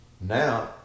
Now